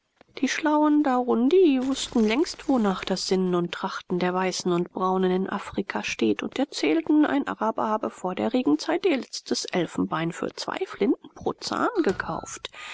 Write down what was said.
die schlauen warundi wußten längst wonach das sinnen und trachten der weißen und braunen in afrika steht und erzählten ein araber habe vor der regenzeit ihr letztes elfenbein für zwei flinten pro zahn gekauft